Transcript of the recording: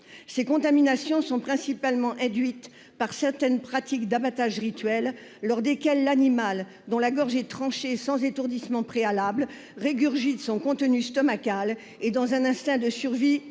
Ces contaminations sont principalement induites par certaines pratiques d'abattage rituel lors desquelles l'animal, dont la gorge est tranchée sans étourdissement préalable, régurgite son contenu stomacal et, dans un instinct de survie,